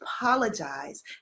apologize